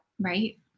Right